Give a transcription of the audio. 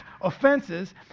offenses